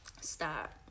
stop